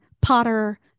potter